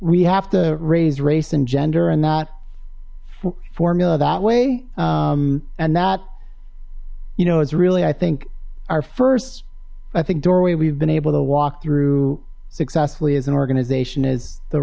we have to raise race and gender and that formula that way and that you know it's really i think our first i think doorway we've been able to walk through successfully as an organization as the